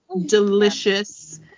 delicious